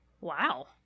Wow